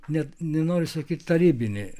net nenoriu sakyt tarybinį